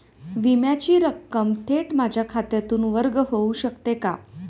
विम्याची रक्कम थेट माझ्या खात्यातून वर्ग होऊ शकते का?